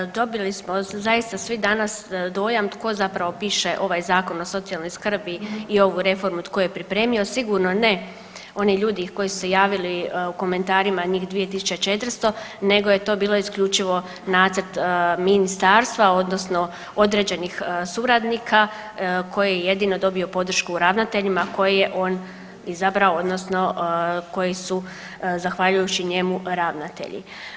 Pa evo dobili smo zaista svi danas dojam tko zapravo piše ovaj Zakon o socijalnoj skrbi i ovu reformu tko je pripremio, sigurno ne oni ljudi koji su se javili u komentarima njih 2400 nego je to bilo isključivo nacrt ministarstva odnosno određenih suradnika koji je jedino dobio podršku u ravnateljima koje je on izabrao odnosno koji su zahvaljujući njemu ravnatelji.